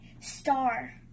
star